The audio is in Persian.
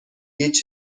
هیچ